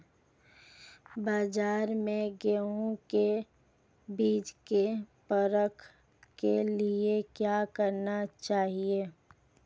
बाज़ार में गेहूँ के बीज की परख के लिए क्या करना चाहिए?